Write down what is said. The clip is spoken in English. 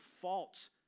faults